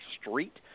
street